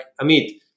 Amit